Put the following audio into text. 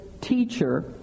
teacher